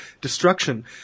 destruction